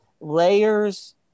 layers